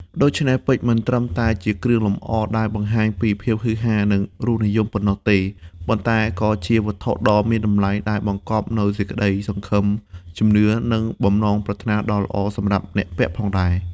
ដូច្នេះ ពេជ្រមិនត្រឹមតែជាគ្រឿងលម្អដែលបង្ហាញពីភាពហ៊ឺហា និងរសនិយមប៉ុណ្ណោះទេ ប៉ុន្តែក៏ជាវត្ថុដ៏មានតម្លៃដែលបង្កប់នូវសេចក្ដីសង្ឃឹម ជំនឿ និងបំណងប្រាថ្នាដ៏ល្អសម្រាប់អ្នកពាក់ផងដែរ។